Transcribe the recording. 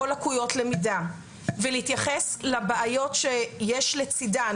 או לקויות למידה ולהתייחס לבעיות שיש לצידן,